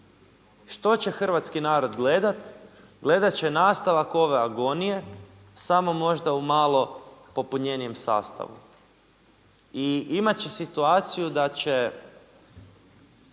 što će hrvatski narod gledati? Gledati će nastavak ove agonije samo možda u malo popunjenijem sastavu. I imati će situaciju da će